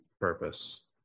purpose